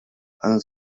она